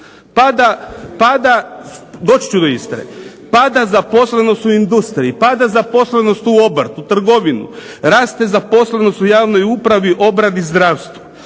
se./… Doći ću do Istre. Pada zaposlenost u industriji, pada zaposlenost u obrtu, trgovini, raste zaposlenost u javnoj upravi, obradi, zdravstvu.